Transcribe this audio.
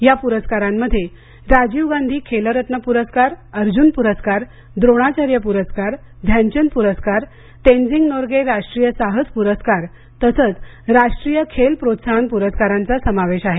या पुरस्कारांमध्ये राजीव गांधी खेलरत्न पुरस्कार अर्जुन पुरस्कार द्रोणाचार्य पुरस्कार ध्यानचंद पुरस्कार तेनझिंग नोर्गे राष्ट्रीय साहस पुरस्कार तसंच राष्ट्रीय खेल प्रोत्साहन पुरस्कारांचा समावेश आहे